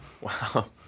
Wow